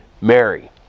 Mary